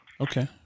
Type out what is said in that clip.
Okay